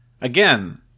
Again